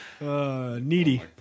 Needy